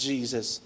Jesus